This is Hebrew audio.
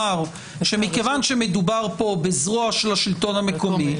שמכיוון שמדובר פה בזרוע של השלטון המקומי,